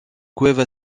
cueva